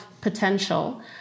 potential